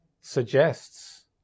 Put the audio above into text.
suggests